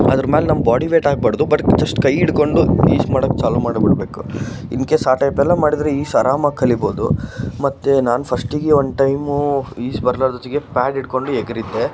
ಅದ್ರ ಮೇಲೆ ನಮ್ಮ ಬಾಡಿ ವೇಯ್ಟ್ ಹಾಕ್ಬಾರ್ದು ಬಟ್ ಜಶ್ಟ್ ಕೈ ಹಿಡ್ಕೊಂಡು ಈಜು ಮಾಡೋಕೆ ಚಾಲೂ ಮಾಡಿ ಬಿಡ್ಬೇಕು ಇನ್ಕೇಸ್ ಆ ಟೈಪೆಲ್ಲ ಮಾಡಿದರೆ ಈಜಿ ಆರಾಮಾಗಿ ಕಲಿಬೋದು ಮತ್ತು ನಾನು ಫಸ್ಟಿಗೆ ಒಂದು ಟೈಮೂ ಈಜು ಬರ್ಲಾರದ ಹೊತ್ತಿಗೆ ಪ್ಯಾಡ್ ಹಿಡ್ಕೊಂಡು ಎಗರಿದ್ದೆ